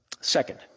Second